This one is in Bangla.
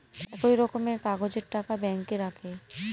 একই রকমের কাগজের টাকা ব্যাঙ্কে রাখে